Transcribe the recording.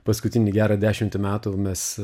paskutinį gerą dešimtį metų mes